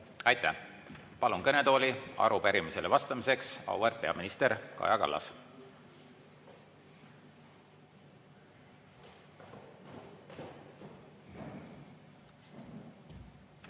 Aitäh! Palun kõnetooli arupärimisele vastamiseks auväärt peaministri Kaja Kallase!